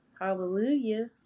hallelujah